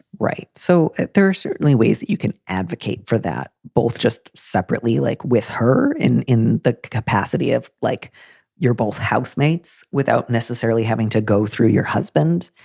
right so there are certainly ways that you can advocate for that both just separately, like with her in in the capacity of like your both housemates without necessarily having to go through your husband.